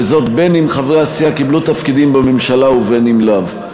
וזאת בין אם חברי הסיעה קיבלו תפקידים בממשלה ובין אם לאו.